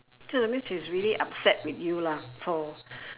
so that means she is really upset with you lah for